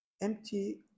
Empty